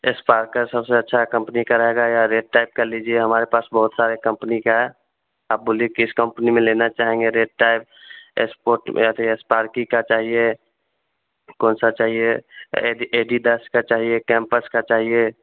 spark का सबसे अच्छा है कंपनी का रहेगा या रेड टाइप का लीजिए हमारे पास बहुत सारे कंपनी का है आप बोलिए किस कंपनी में लेना चाहेंगे रेड टाइप एसपोर्ट या फिर एस्पार्क ही का चाहिए कौनसा चाहिए एडीडास का चाहिए कैंपस का चाहिए